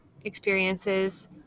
experiences